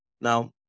Now